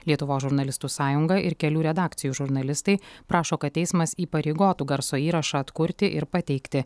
lietuvos žurnalistų sąjunga ir kelių redakcijų žurnalistai prašo kad teismas įpareigotų garso įrašą atkurti ir pateikti